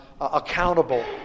accountable